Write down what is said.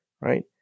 right